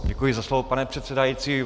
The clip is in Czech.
Děkuji za slovo, pane předsedající.